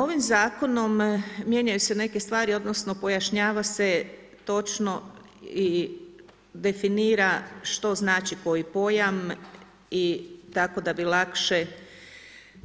Ovim zakonom mijenjaju se neke stvari, odnosno, pojašnjava se točno i definira što znači koji pojam i tako da bi lakše